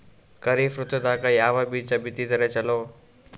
ಖರೀಫ್ ಋತದಾಗ ಯಾವ ಬೀಜ ಬಿತ್ತದರ ಚಲೋ?